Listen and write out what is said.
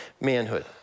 manhood